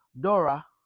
Dora